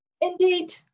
Indeed